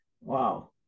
wow